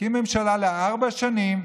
להקים ממשלה לארבע שנים.